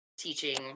teaching